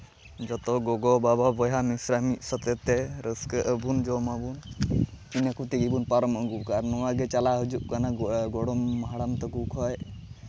ᱡᱚᱛᱚ ᱜᱚᱜᱚᱼᱵᱟᱵᱟ ᱵᱚᱭᱦᱟ ᱢᱤᱥᱨᱟ ᱢᱤᱫ ᱥᱟᱛᱮ ᱛᱮ ᱨᱟᱹᱥᱠᱟᱹᱜ ᱟᱵᱚᱱ ᱡᱚᱢᱟᱵᱟᱱ ᱤᱱᱟᱹ ᱠᱚᱛᱮ ᱜᱮᱵᱚᱱ ᱯᱟᱨᱚᱢ ᱟᱹᱜᱩ ᱠᱟᱜᱼᱟ ᱱᱚᱣᱟ ᱜᱮ ᱪᱟᱞᱟᱣ ᱦᱤᱡᱩᱜ ᱠᱟᱱᱟ ᱜᱚᱲᱚᱢ ᱦᱟᱲᱟᱢ ᱛᱟᱠᱚ ᱠᱷᱚᱡ